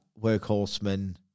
workhorsemen